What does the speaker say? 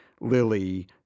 Lily